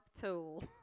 tool